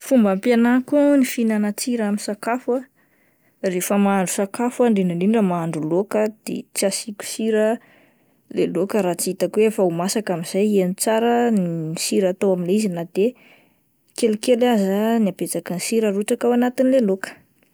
Fomba ampihenako ny fihinanan-tsira amin'ny sakafo ahn rehefa mahandro sakafo ah indrindra indrindra mahandro laoka de tsy asiko sira le laoka raha tsy hitako hoe efa ho masaka amin'izay heno tsara ny sira atao amin'ilay izy na de kelikely aza ny habetsaky ny sira arotsaka ao anatin'ny le loka.